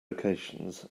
locations